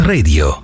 Radio